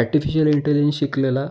artificial intelligence शिकलेला